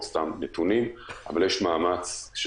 סתם נתונים אבל יש מאמץ מאוד מוגבר,